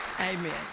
Amen